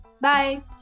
Bye